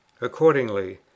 Accordingly